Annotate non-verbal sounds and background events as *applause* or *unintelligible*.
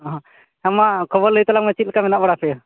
*unintelligible* ᱠᱷᱚᱵᱚᱨ ᱞᱟ ᱭ ᱛᱟᱞᱟᱝ ᱢᱮ ᱪᱮᱫ ᱞᱮᱠᱟ ᱢᱮᱱᱟᱜ ᱵᱟᱲᱟ ᱯᱮᱭᱟ